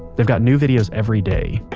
they've got new videos every day,